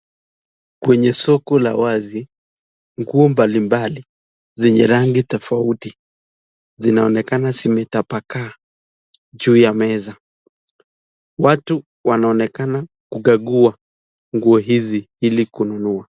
Kwenye soko la wazi, nguo mbali mbali zenye rangi tofauti zinaonekana zimetapakaa juu ya meza. Watu wanaonekana kukagua nguo hizi ili kununua.